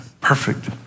Perfect